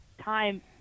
time